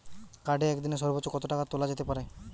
কার্ডে একদিনে সর্বোচ্চ কত টাকা তোলা যেতে পারে?